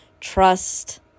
trust